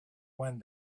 wind